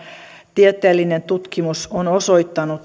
tieteellinen tutkimus on osoittanut